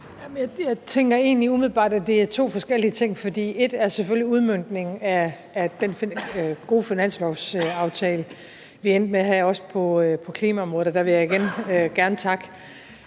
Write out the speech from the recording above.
Jeg tænker egentlig umiddelbart, at det er to forskellige ting, for et er selvfølgelig udmøntningen af den gode finanslovsaftale, som vi endte med at have også på klimaområdet, og der vil jeg igen gerne takke